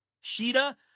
Sheeta